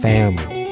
Family